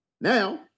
Now